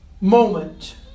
moment